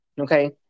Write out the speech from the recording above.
Okay